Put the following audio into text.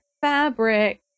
fabric